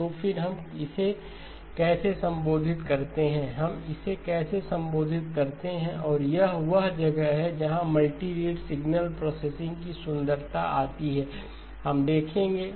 तो फिर हम इसे कैसे संबोधित करते हैं हम इसे कैसे संबोधित करते हैं और यह वह जगह है जहां मल्टी रेट सिग्नल प्रोसेसिंग की सुंदरता आती है हम देखेंगे